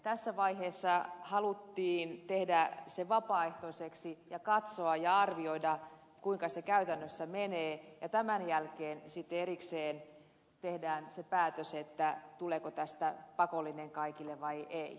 tässä vaiheessa haluttiin tehdä se vapaaehtoiseksi ja katsoa ja arvioida kuinka se käytännössä menee ja tämän jälkeen sitten erikseen tehdään se päätös tuleeko tästä pakollinen kaikille vai ei